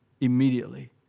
Immediately